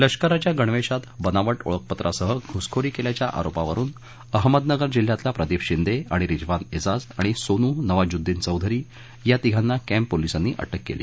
लष्कराच्या गणवेशात बनावट ओळखपत्रासह घूसखोरी केल्याच्या आरोपावरून अहमदनगर जिल्ह्यातला प्रदीप शिंदे आणि रिजवान एजाज आणि सोनू नवाजुद्दीन चौधरी या तिघांना कॅप पोलिसांनी अटक केली